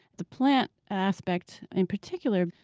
the plant aspect, in particular,